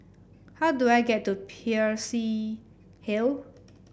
how do I get to Peirce Hill